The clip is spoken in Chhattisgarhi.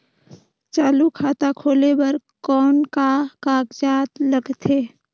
चालू खाता खोले बर कौन का कागजात लगथे?